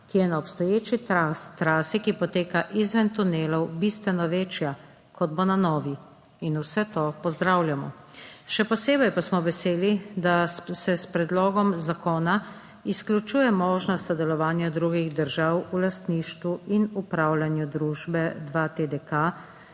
ki je na obstoječi trasi, ki poteka izven tunelov, bistveno večja, kot bo na novi. Vse to pozdravljamo. Še posebej pa smo veseli, da se s predlogom zakona izključuje možnost sodelovanja drugih držav v lastništvu in upravljanju družbe 2TDK